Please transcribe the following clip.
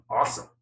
awesome